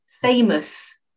famous